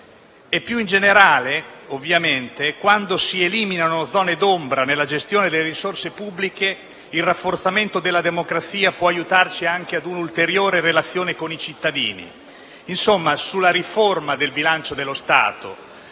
Più in generale, quando si eliminano zone d'ombra nella gestione delle risorse pubbliche, il rafforzamento della democrazia può aiutarci anche a un'ulteriore relazione con i cittadini. Insomma, sulla riforma del bilancio dello Stato,